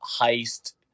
heist